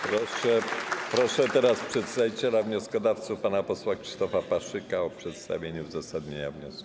Proszę teraz przedstawiciela wnioskodawców pana posła Krzysztofa Paszyka o przedstawienie uzasadnienia wniosku.